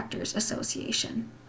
Association